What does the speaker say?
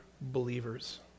believers